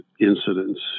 incidents